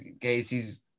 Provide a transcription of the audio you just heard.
Casey's